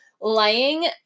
lying